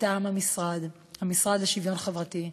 מטעם המשרד, המשרד לשוויון חברתי.